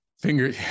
finger